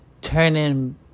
turning